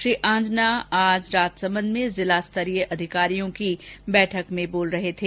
श्री आंजना आज राजसमंद में जिलास्तरीय अधिकारियों की बैठक में बोल रहे थे